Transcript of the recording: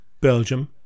Belgium